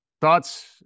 thoughts